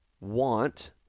want